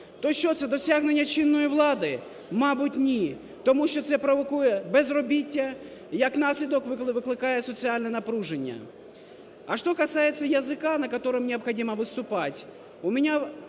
То що це, досягнення чинної влади? Мабуть ні, тому що це провокує безробіття, як наслідок викликає соціальне напруження. А что касается языка, на котором необходимо выступать, у меня